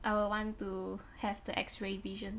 I would want to have the X_ray vision